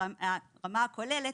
ברמה הכוללת,